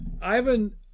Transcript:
Ivan